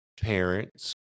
parents